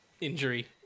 injury